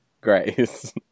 grace